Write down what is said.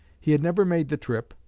he had never made the trip,